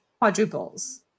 quadruples